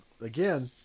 again